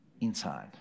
inside